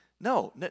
No